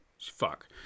fuck